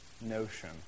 notion